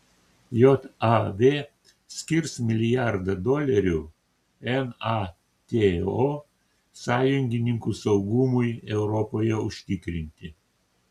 jav skirs milijardą dolerių nato sąjungininkų saugumui europoje užtikrinti